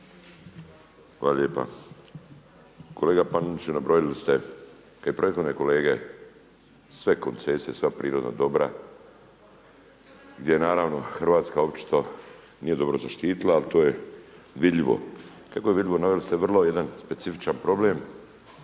Hvala lijepa. Kolega Paneniću nabrojali ste kao i prethodne kolege sve koncesije, sva prirodna dobra gdje naravno Hrvatska očito nije dobro zaštitila, ali to je vidljivo. Kako je vidljivo naveli ste vrlo jedan specifičan problem